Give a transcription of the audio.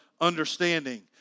understanding